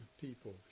people